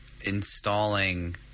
installing